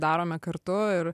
darome kartu ir